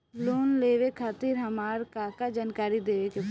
Loan लेवे खातिर हमार का का जानकारी देवे के पड़ी?